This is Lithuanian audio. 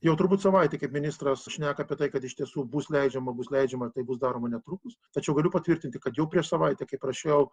jau turbūt savaitė kaip ministras šneka apie tai kad iš tiesų bus leidžiama bus leidžiama tai bus daroma netrukus tačiau galiu patvirtinti kad jau prieš savaitę kaip rašiau